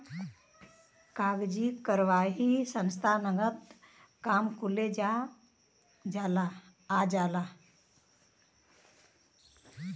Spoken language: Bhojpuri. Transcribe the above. कागजी कारवाही संस्थानगत काम कुले आ जाला